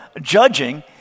judging